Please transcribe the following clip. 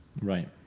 Right